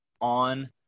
on